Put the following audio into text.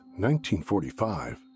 1945